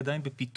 היא עדיין בפיתוח.